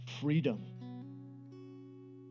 freedom